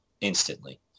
instantly